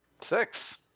Six